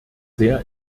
sehr